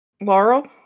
Laurel